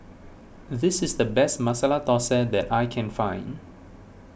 this is the best Masala Thosai that I can find